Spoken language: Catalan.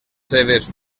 seves